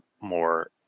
more